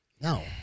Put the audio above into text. No